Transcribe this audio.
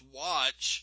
watch